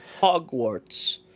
Hogwarts